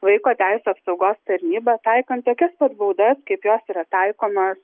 vaiko teisių apsaugos tarnybai taikant tokias pat baudas kaip jos yra taikomos